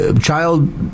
child